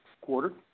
quarter